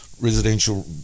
residential